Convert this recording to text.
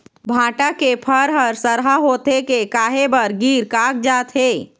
भांटा के फर हर सरहा होथे के काहे बर गिर कागजात हे?